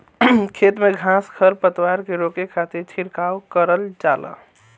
खेत में घास खर पतवार के रोके खातिर छिड़काव करल जाला